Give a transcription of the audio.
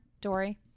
Dory